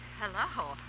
hello